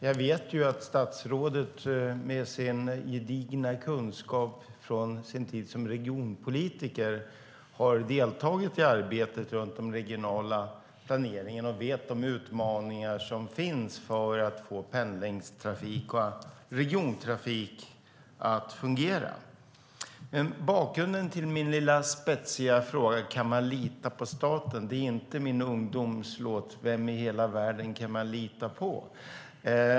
Jag vet att statsrådet med sin gedigna kunskap från sin tid som regionpolitiker har deltagit i arbetet med den regionala planeringen och känner till de utmaningar som finns för att få pendlingstrafik och regiontrafik att fungera. Bakgrunden till min spetsiga fråga om man kan lita på staten är inte min ungdomslåt: "Vem i hela världen kan man lita på?"